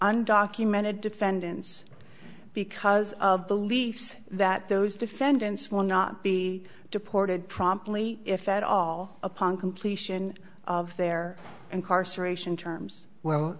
undocumented defendants because of the leafs that those defendants will not be deported promptly if at all upon completion of their incarceration terms well